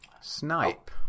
Snipe